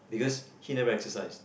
because he never exercise